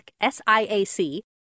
S-I-A-C